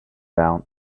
down